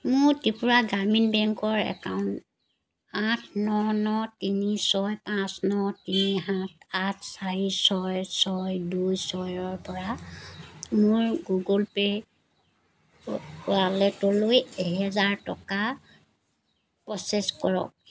মোৰ ত্ৰিপুৰা গ্ৰামীণ বেংকৰ একাউণ্ট আঠ ন ন তিনি ছয় পাঁচ ন তিনি সাত আঠ চাৰি ছয় ছয় দুই ছয়ৰ পৰা মোৰ গুগল পে'ৰ ৱালেটলৈ এহেজাৰ টকা প্ৰ'চেছ কৰক